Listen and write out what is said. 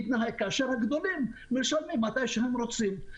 כאשר הגדולים משלמים מתי שהם רוצים?